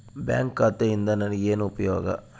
Bank ಖಾತೆಯಿಂದ ನನಗೆ ಏನು ಉಪಯೋಗ?